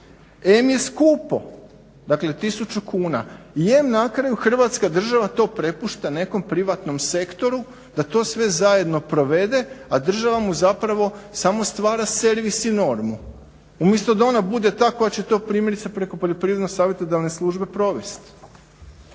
em je skupo, dakle tisuću kuna je na kraju hrvatska država to prepušta nekom privatnom sektoru da to sve zajedno provede a država mu zapravo samo stvara servis i normu umjesto da ona bude ta koja će to primjerice preko poljoprivredno savjetodavne službe provesti.